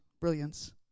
brilliance